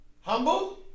humble